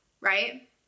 right